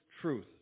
truth